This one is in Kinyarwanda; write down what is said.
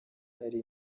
hari